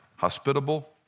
hospitable